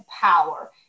power